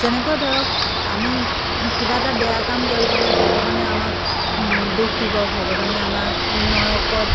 যেনেকৈ ধৰক আমি কিবা এটা বেয়া কাম কৰি পেলাই ভগৱানে আমাক দুখ দিব ভগৱানে আমাক নৰকত